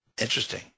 Interesting